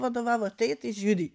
vadovavo ateit į žiuri